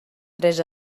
tres